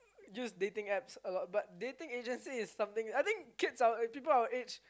used dating apps a lot but dating agencies is something I think kids people our age